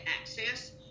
access